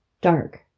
dark